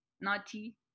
naughty